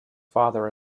father